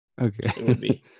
Okay